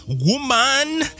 woman